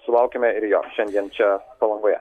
sulaukėme ir jo šiandien čia palangoje